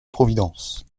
providence